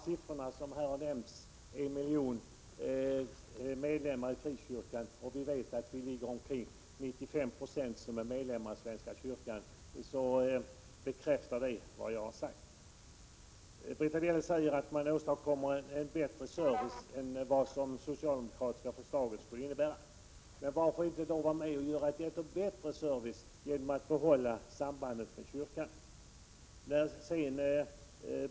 Siffran en miljon medlemmar i frikyrkan har nämnts här. Vi vet att 95 90 av svenska folket är medlemmar i svenska kyrkan. Det bekräftar vad jag tidigare har sagt. Britte Bjelle säger att man åstadkommer en bättre service genom försäkringskassorna än det socialdemokratiska förslaget skulle innebära. Varför är man då inte med och gör servicen ännu bättre genom att behålla sambandet med kyrkan?